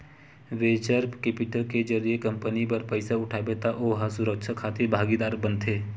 venture capital के जरिए company बर पइसा उठाबे त ओ ह सुरक्छा खातिर भागीदार बनथे